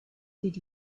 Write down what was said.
did